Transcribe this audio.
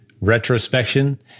retrospection